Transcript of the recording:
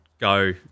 go